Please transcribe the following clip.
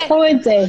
תנסחו את זה.